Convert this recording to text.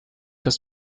das